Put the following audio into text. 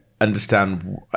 understand